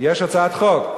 יש הצעת חוק.